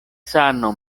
sano